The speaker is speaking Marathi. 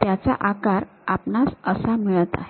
त्याचा आकार आपणास असा मिळाला आहे